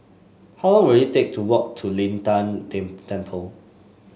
how will it take to walk to Lin Tan Tem Temple